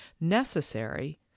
necessary